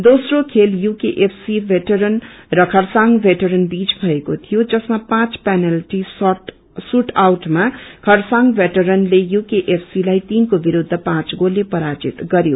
चोस्रो खेल UKFC veteran र Kharsang veteran बीच भएको थियो जसमा पाँच पेनल्टी सूट आउटमा खरसाङ भेटरेनले युकेएफसी लाई तीन को विरूद्ध पौंच गोलले पराजित गरयो